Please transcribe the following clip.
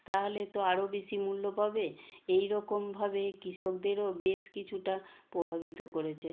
তাহলে তো আরও বেশি মূল্য পাবে এই রকমভাবে কিষকদেরও বেশ কিছুটা প্রভাবিত করেছে